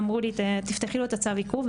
אמרו לי תפתחי לו את צו העיכוב,